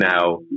now